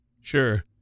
Sure